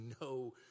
no